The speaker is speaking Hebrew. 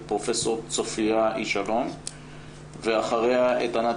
פרופ' צופיה איש שלום ואחריה את ענת